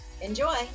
Enjoy